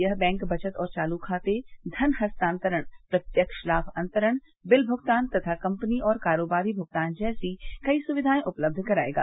यह बैंक बचत और चालू खाते धन हस्तांतरण प्रत्यक्ष लाभ अंतरण बिल भुगतान तथा कपनी और कारोबारी भुगतान जैसी कई सुविघाए उपलब्ध कराएगा